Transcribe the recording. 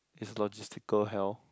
it's logistical hell